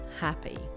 happy